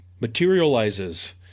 materializes